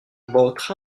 votre